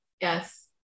yes